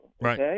Right